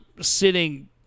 sitting –